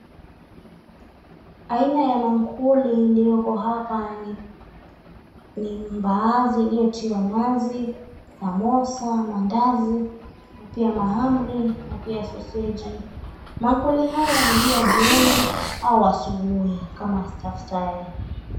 Aina ya mankuli iliyoko hapa ni mbaazi iliyotiwa nazi, samosa, mandazi pia mahamri.